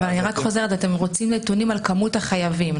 אני רק חוזרת, אתם רוצים נתונים על כמות החייבים?